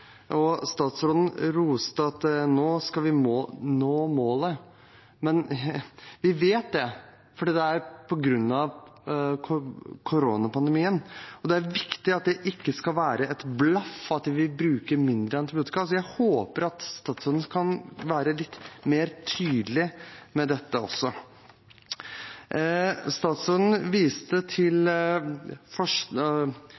Statsråden sa at nå skal vi nå målet. Men vi vet at det er på grunn av koronapandemien. Det er viktig at det ikke skal være et blaff at vi bruker mindre antibiotika. Jeg håper at statsråden kan være litt mer tydelig på dette også. Statsråden viste til